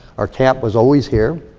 our cap was always here.